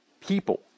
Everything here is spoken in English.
people